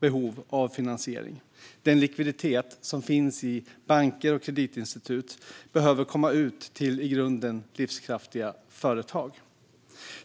behov av finansiering. Den likviditet som finns i banker och kreditinstitut behöver komma ut till i grunden livskraftiga företag.